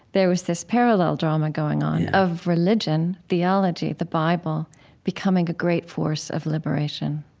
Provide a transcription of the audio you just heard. there was this parallel drama going on of religion, theology, the bible becoming a great force of liberation